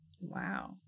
Wow